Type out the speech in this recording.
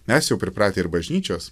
mes jau pripratę ir bažnyčios